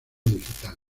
digital